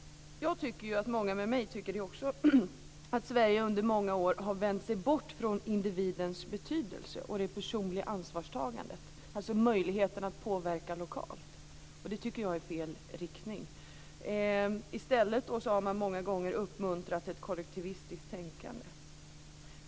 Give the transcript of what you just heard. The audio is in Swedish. Jag tycker, och många med mig, att Sverige under många år har vänt sig bort från individens betydelse och det personliga ansvarstagandet, alltså möjligheten att påverka lokalt. Jag tycker att det är fel riktning. I stället har man många gånger uppmuntrat ett kollektivistiskt tänkande.